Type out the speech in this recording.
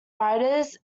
writers